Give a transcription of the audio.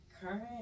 current